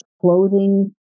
clothing